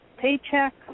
paycheck